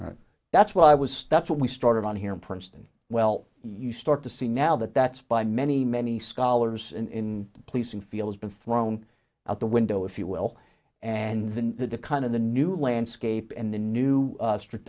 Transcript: event that's what i was stuck what we started on here in princeton well you start to see now that that's by many many scholars in policing fields been thrown out the window if you will and then the kind of the new landscape and the new strict